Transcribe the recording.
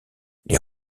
les